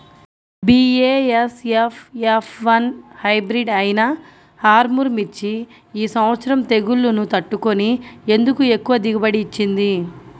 BASF F one hybrid అయినా ఆర్ముర్ మిర్చి ఈ సంవత్సరం తెగుళ్లును తట్టుకొని ఎందుకు ఎక్కువ దిగుబడి ఇచ్చింది?